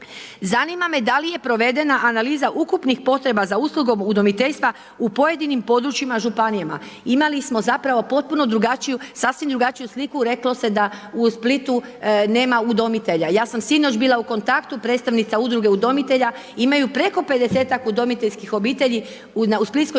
Zanima me da li je provedena analiza ukupnih potreba za uslugom udomiteljstva u pojedinim područjima županijama. Imali smo zapravo potpuno drugačiju, sasvim drugačiju sliku reklo se da u Splitu nema udomitelja, ja sam sinoć bila u kontaktu, predstavnice udruge udomitelja, imaju preko 50-ak udomiteljskih obitelji u Splitskoj